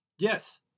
Yes